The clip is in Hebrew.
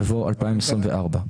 יבוא "2024".